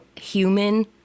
human